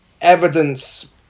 evidence